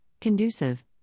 conducive